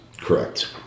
Correct